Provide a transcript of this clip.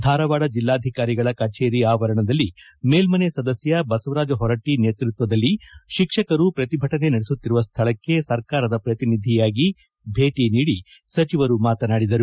ಧಾರವಾಡ ಜಿಲ್ಲಾಧಿಕಾರಿಗಳ ಕಚೇರಿ ಆವರಣದಲ್ಲಿ ಮೇಲ್ಮನೆ ಸದಸ್ಯ ಬಸವರಾಜ ಹೊರಟ್ಟಿ ನೇತೃತ್ವದಲ್ಲಿ ಶಿಕ್ಷಕರು ಪ್ರತಿಭಟನೆ ನಡೆಸುತ್ತಿರುವ ಸ್ಥಳಕ್ಕೆ ಸರ್ಕಾರದ ಪ್ರತಿನಿಧಿಯಾಗಿ ಭೇಟ ನೀಡಿ ಸಚಿವರು ಮಾತನಾಡಿದರು